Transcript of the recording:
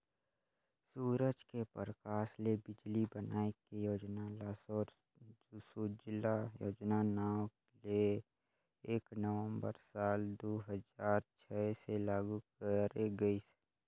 सूरज के परकास ले बिजली बनाए के योजना ल सौर सूजला योजना नांव ले एक नवंबर साल दू हजार छै से लागू करे गईस